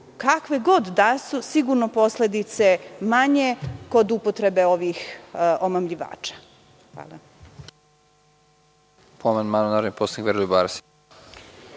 kakve god da su, sigurno posledice manje kod upotrebe ovih omamljivača. Hvala.